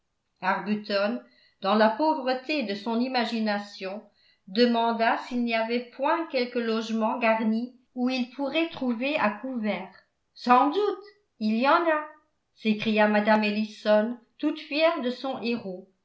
arbuton dans la pauvreté de son imagination demanda s'il n'y avait point quelque logement garni où ils pourraient trouver à couvert sans doute il y en a s'écria mme ellison toute fière de son héros